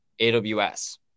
AWS